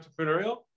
entrepreneurial